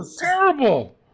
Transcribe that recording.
Terrible